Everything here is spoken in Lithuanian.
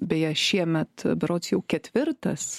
beje šiemet berods jau ketvirtas